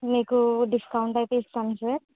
మీకు డిస్కౌంట్ అయితే ఇస్తాం సర్